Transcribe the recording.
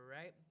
right